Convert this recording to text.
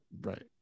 Right